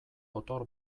gotor